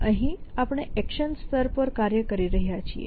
અહીં આપણે એક્શન સ્તર પર કાર્ય કરી રહ્યા છીએ